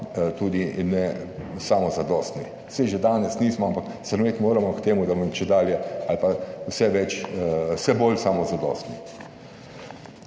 tudi ne samozadostni. Saj že danes nismo, ampak stremeti moramo k temu, da bomo čedalje ali pa vse več, vse bolj samozadostni.